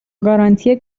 گارانتی